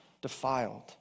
defiled